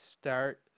start